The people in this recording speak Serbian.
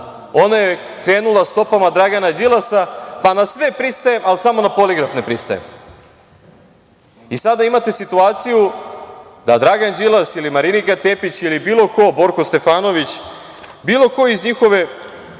ona je krenula stopama Dragana Đilasa, pa na sve pristaje, samo na poligraf ne pristaje. Sada imate situaciju da Dragan Đilas ili Marinika Tepić ili bilo ko, Borko Stefanović, bilo ko iz njihove,